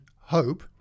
hope